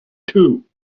two